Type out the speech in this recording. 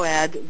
add